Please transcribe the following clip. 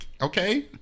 okay